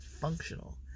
functional